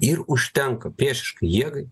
ir užtenka priešiškai jėgai